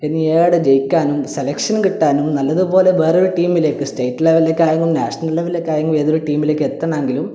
ഇനി എവിടെ ജയിക്കാനും സെലക്ഷൻ കിട്ടാനും നല്ലതുപോലെ വേറെ ഒരു ടീമിലേയ്ക്ക് സ്റ്റേറ്റ് ലെവലിലേക്കായാലും നാഷനൽ ലെവലിലേക്കായെങ്കിലും ഏതൊരു ടീമിലേയ്ക്ക് എത്തണമെങ്കിലും